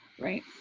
right